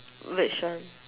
which one